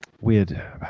weird